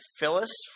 Phyllis